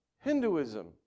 Hinduism